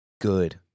good